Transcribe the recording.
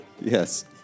Yes